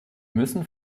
müssen